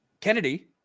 Kennedy